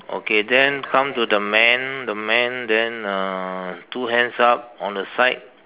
okay then come to the man the man then uh two hands up on the side